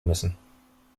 müssen